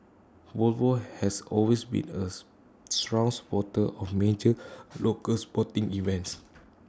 Volvo has always been as strong supporter of major local sporting events